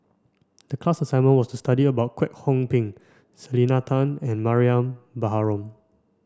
the class assignment was to study about Kwek Hong Png Selena Tan and Mariam Baharom